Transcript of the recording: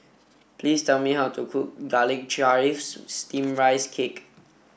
please tell me how to cook garlic chives steamed rice cake